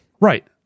Right